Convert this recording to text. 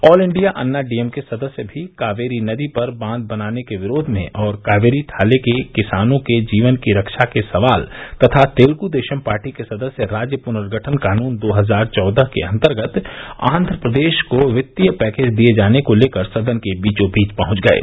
all India Anna DMK सदस्य भी कावेरी नदी पर बांध बनाने के विरोध में और कावेरी थाले के किसानों के जीवन की रक्षा के सवाल तथा तेलगु देशम पार्टी के सदस्य राज्य पुनर्गठन कानून दो हजार चौदह के अंतर्गत आंध्र प्रदेश को वित्तीय पैकेज दिए जाने को लेकर सदन के बीचोबीच में पहुंच गये